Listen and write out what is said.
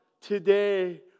today